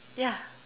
ya